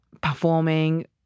performing